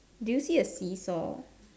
do you see a seesaw